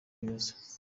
bibazo